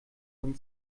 von